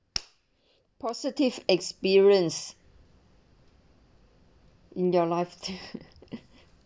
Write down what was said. positive experience in their life